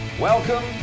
Welcome